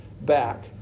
back